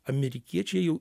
amerikiečiai jau